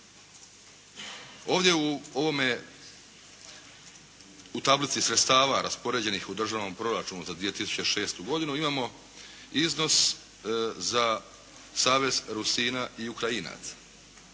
ovome, u tablici sredstava raspoređenih u Državnom proračunu za 2006. godinu imamo iznos za Savez Rusina i Ukrajinaca.